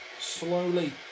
slowly